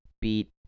beat